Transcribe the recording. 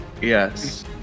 Yes